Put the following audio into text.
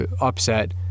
upset